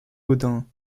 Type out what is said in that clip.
gaudens